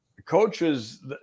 Coaches